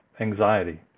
anxiety